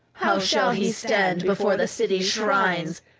how shall he stand before the city's shrines,